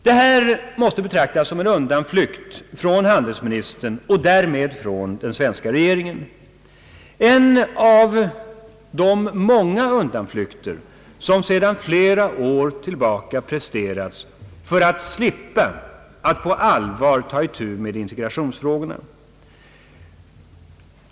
Detta måste betraktas som en undanflykt från handelsministern och därmed från den svenska regeringen, en av de många undanflykter som sedan flera år tillbaka presterats för att slippa att på allvar ta itu med integrationsfrågorna.